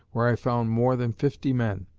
where i found more than fifty men,